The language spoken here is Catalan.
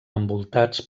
envoltats